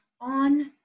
on